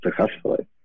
successfully